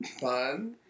Fun